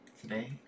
today